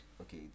Okay